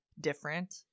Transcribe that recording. different